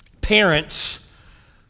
parents